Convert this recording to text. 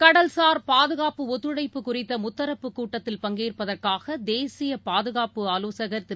கடல்சார் பாதுகாப்பு ஒத்துழைப்பு குறித்த முத்தரப்பு கூட்டத்தில் பங்கேற்பதற்காக தேசிய பாதுகாப்பு ஆலோசகர் திரு